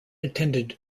attended